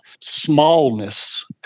smallness